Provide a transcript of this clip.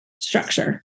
structure